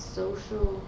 social